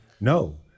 no